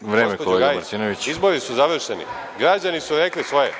Gospođo Gajić, izbori su završeni, građani su rekli svoje.